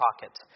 pocket